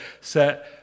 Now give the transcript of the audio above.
set